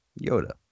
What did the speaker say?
Yoda